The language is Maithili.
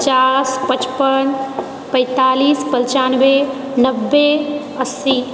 पचास पचपन पैंतालिस पञ्चान्बे नबे अस्सी